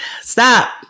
stop